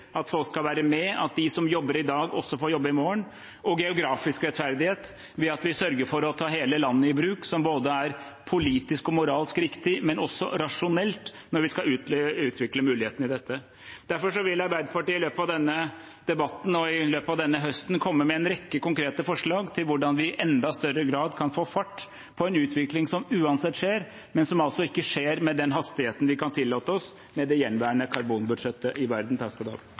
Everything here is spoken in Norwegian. at folk skal være med, at de som jobber i dag, også får jobbe i morgen, og geografisk rettferdighet ved at vi sørger for å ta hele landet i bruk, som både er politisk og moralsk riktig, og også rasjonelt når vi skal utvikle muligheten i dette. Derfor vil Arbeiderpartiet i løpet av denne debatten og i løpet av denne høsten komme med en rekke konkrete forslag til hvordan vi i enda større grad kan få fart på en utvikling som uansett skjer, men som altså ikke skjer med den hastigheten vi kan tillate oss med det gjenværende karbonbudsjettet i verden.